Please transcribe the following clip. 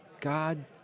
God